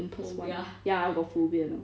ya I got phobia you know